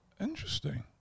Interesting